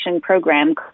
program